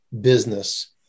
business